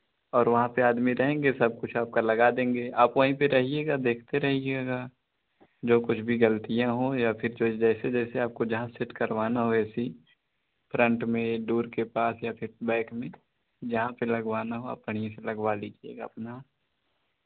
और वहाँ पे आदमी रहेंगे सब कुछ आपका लगा देंगे आप वहीं पे रहिएगा देखते रहिएगा जो कुछ भी गलतियाँ हों या फिर जो जैसे जैसे आपको जहाँ सेट करवाना हो ए सी फ्रन्ट में डोर के पास या फिर बैक में जहाँ पे लगवाना हो आप बढ़ियाँ से लगवा लीजिएगा अपना